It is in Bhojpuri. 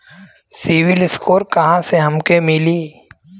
सिविल स्कोर कहाँसे हमके मिली?